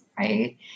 Right